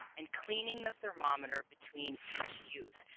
and cleaning the thermometer between each use.